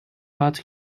but